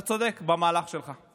אתה צודק במהלך שלך.